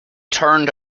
turned